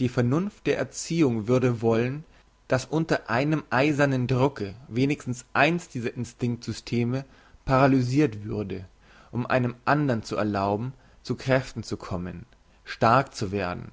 die vernunft der erziehung würde wollen dass unter einem eisernen drucke wenigstens eins dieser instinkt systeme paralysirt würde um einem andren zu erlauben zu kräften zu kommen stark zu werden